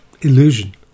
illusion